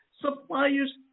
Suppliers